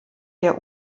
der